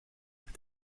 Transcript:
het